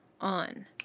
on